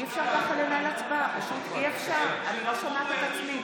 נגד